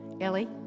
Ellie